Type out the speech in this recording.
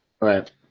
Right